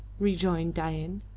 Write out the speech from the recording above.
rejoined dain.